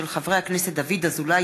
של חברי הכנסת דוד אזולאי,